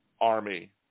army